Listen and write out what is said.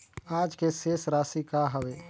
आज के शेष राशि का हवे?